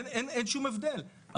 אין שום הבדל.